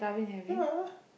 ya